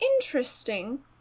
interesting